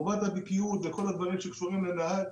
חובת הבקיאות וכל הדברים שקשורים לנהג